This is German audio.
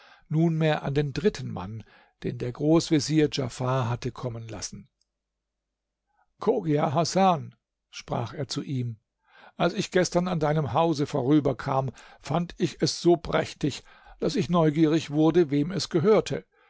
nunmehr an den dritten mann den der großvezier djafar hatte kommen lassen chogia hasan sprach er zu ihm als ich gestern an deinem hause vorüberkam fand ich es so prächtig daß ich neugierig wurde wem es gehörte